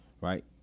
Right